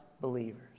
believers